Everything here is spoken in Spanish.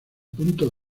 punto